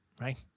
right